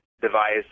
device